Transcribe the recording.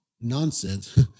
nonsense